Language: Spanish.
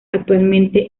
actualmente